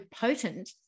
potent